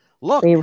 look